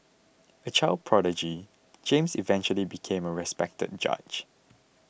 a child prodigy James eventually became a respected judge